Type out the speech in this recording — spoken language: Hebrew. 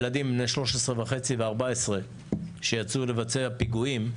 ילדים בני 13 וחצי ו-14 שיצאו לבצע פיגועים,